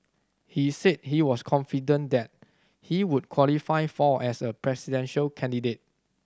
he said he was confident that he would qualify for as a presidential candidate